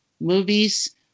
movies